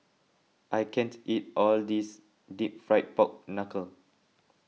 I can't eat all this Deep Fried Pork Knuckle